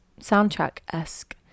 soundtrack-esque